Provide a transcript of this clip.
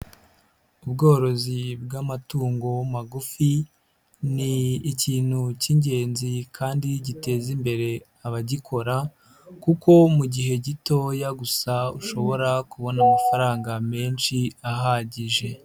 Ubworozi bw'amatungo magufi ni ikintu k'ingenzi kandi giteza imbere abagikora kuko mu gihe gitoya gusa ushobora kubona amafaranga menshi ahagije.